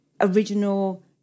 original